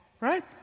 right